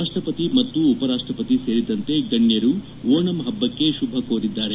ರಾಷ್ಷಪತಿ ಮತ್ತು ಉಪರಾಷ್ಷಪತಿ ಸೇರಿದಂತೆ ಗಣ್ಣರು ಓಣಂ ಹಬ್ಲಕ್ಕೆ ಶುಭ ಕೋರಿದ್ದಾರೆ